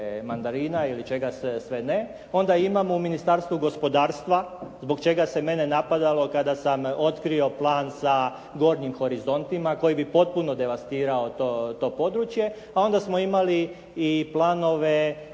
mandarina ili čega sve ne. Onda imamo u Ministarstvu gospodarstva zbog čega se mene napadalo kada sam otkrio plan sa gornjim horizontima koji bi potpuno devastirao to područje. Pa onda smo imali i planove